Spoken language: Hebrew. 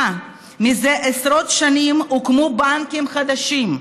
מזה עשרות שנים הוקמו בנקים חדשים.